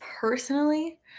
personally